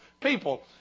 people